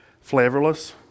Flavorless